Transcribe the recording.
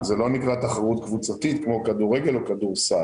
זה לא נקרא תחרות קבוצתית כמו כדורגל או כדורסל.